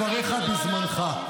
אתה רשאי להציג את דבריך בזמנך.